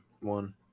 One